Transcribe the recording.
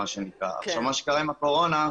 מה שקרה עם הקורונה,